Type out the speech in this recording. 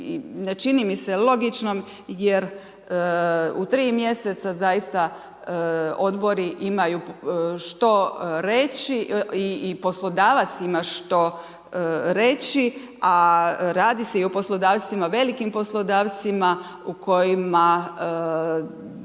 ne čini mi se logičnom jer u 3 mjeseca zaista odbori imaju što reći i poslodavac ima što reći a radi se i o poslodavcima, velikim poslodavcima u kojima